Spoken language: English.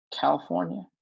California